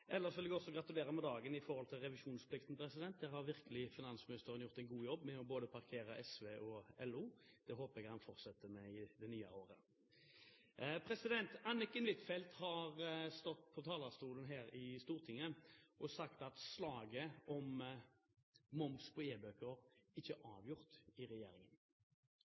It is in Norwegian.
Ellers vil jeg også gratulere med dagen i forhold til revisjonsplikten. Der har virkelig finansministeren gjort en god jobb med å parkere både SV og LO. Det håper jeg han fortsetter med i det nye året. Anniken Huitfeldt har stått på talerstolen her i Stortinget og sagt at slaget om moms på e-bøker ikke er avgjort i regjeringen.